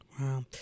Wow